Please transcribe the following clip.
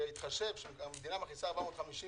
שמהסכום הזה המדינה תפצה